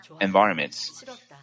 environments